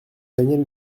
daniel